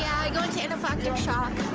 go into anaphalactic shock.